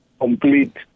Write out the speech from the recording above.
complete